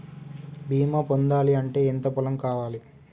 బీమా పొందాలి అంటే ఎంత పొలం కావాలి?